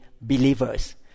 believers